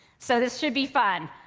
so this should be fun.